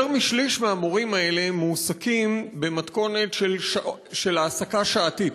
יותר משליש מהמורים האלה מועסקים במתכונת של העסקת שעתית,